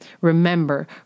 Remember